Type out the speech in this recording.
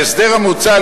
ההסדר המוצע,